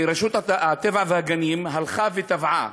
ורשות הטבע והגנים הלכה ותבעה